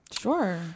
Sure